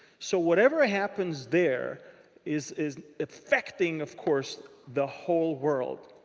so whatever happens there is is effecting, of course, the whole world.